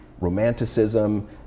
romanticism